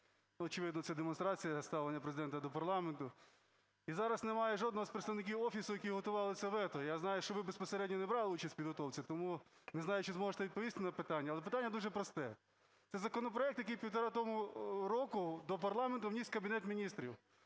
очевидно, це демонстрація ставлення Президента до парламенту. І зараз немає жодного з представників Офісу, які готували це вето. Я знаю, що ви безпосередньо не брали участь в підготовці, тому, не знаю, чи зможете відповісти на питання, але питання дуже просте. Це законопроект, який півтора року тому до парламенту вніс Кабінет Міністрів.